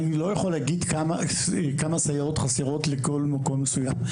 אני לא יכול להגיד כמה סייעות חסרות לכל מקום מסוים.